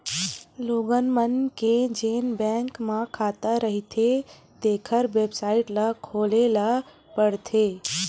लोगन मन के जेन बैंक म खाता रहिथें तेखर बेबसाइट ल खोले ल परथे